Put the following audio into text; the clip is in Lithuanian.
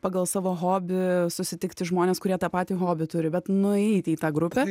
pagal savo hobi susitikti žmones kurie tą patį hobį turi bet nueiti į tą grupę